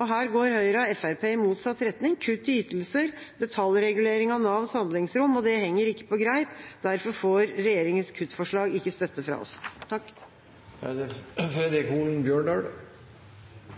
og her går Høyre og Fremskrittspartiet i motsatt retning: kutt i ytelser, detaljregulering av Navs handlingsrom. Det henger ikke på greip. Derfor får regjeringas kuttforslag ikke støtte fra oss. Det er ikkje vanskeleg å innrømme at det